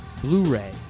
Blu-ray